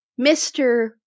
Mr